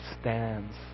stands